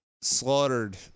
slaughtered